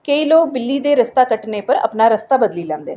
केईं लोक बिल्ली दे रस्ता कट्टने पर अपना रस्ता बदली लैंदे न